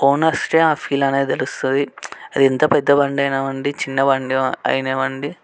ఓనర్స్కే ఆ ఫీల్ అనేది తెలుస్తుంది అది ఎంత పెద్ద బండి అయిన అవండి చిన్న బండి అవనివ్వండి